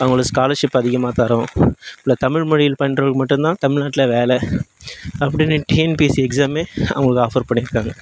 அவங்களுக்கு ஸ்காலர்ஷிப் அதிகமாக தரோம் இப்போ தமிழ்மொழியில் பயின்றவர்க்கு மட்டும் தான் தமிழ்நாட்டில் வேலை அப்படின்னு டிஎன்பிஎஸ்சி எக்ஸ்சாமே அவங்களுக்கு ஆஃபர் பண்ணியிருக்காங்க